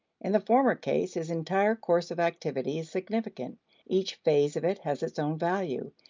in the former case, his entire course of activity is significant each phase of it has its own value.